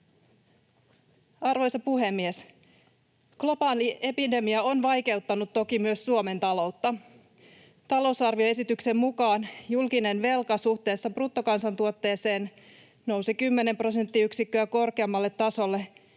Arvoisa puhemies! Globaali epidemia on vaikeuttanut toki myös Suomen taloutta. Talousarvioesityksen mukaan julkinen velka suhteessa bruttokansantuotteeseen nousi 10 prosenttiyksikköä korkeammalle tasolle